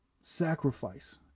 Sacrifice